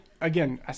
again